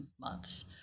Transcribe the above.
months